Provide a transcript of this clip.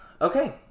okay